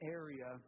area